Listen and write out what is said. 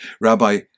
Rabbi